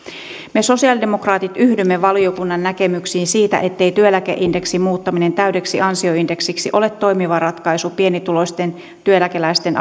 me sosiaalidemokraatit yhdymme valiokunnan näkemyksiin siitä ettei työeläkeindeksin muuttaminen täydeksi ansioindeksiksi ole toimiva ratkaisu pienituloisten työeläkeläisten